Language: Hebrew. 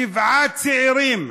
שבעה צעירים.